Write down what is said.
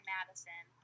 Madison